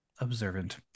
Observant